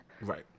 Right